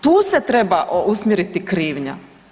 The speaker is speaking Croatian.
Tu se treba usmjeriti krivnja.